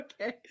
Okay